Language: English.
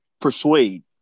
persuade